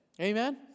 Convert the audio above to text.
Amen